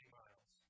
miles